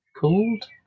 called